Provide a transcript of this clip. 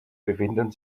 befinden